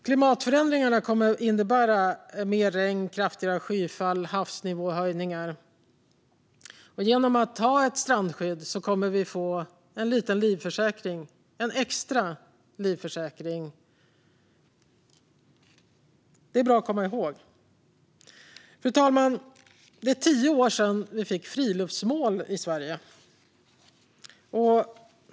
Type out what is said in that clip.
Klimatförändringarna kommer att innebära mer regn, kraftigare skyfall och havsnivåhöjningar. Genom strandskyddet får vi en liten extra livförsäkring. Det är bra att komma ihåg. Fru talman! Det är tio år sedan vi fick friluftsmål i Sverige.